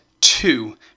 Two